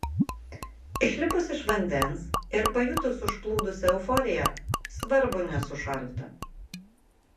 išlipus iš vandens ir pajutus užplūdusią euforiją svarbu nesušalti